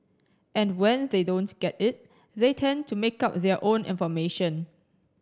and when they don't get it they tend to make up their own information